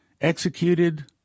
Executed